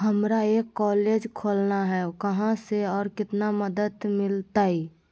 हमरा एक कॉलेज खोलना है, कहा से और कितना मदद मिलतैय?